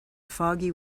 foggy